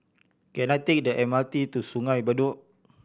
can I take the M R T to Sungei Bedok